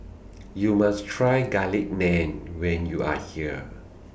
YOU must Try Garlic Naan when YOU Are here